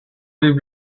leave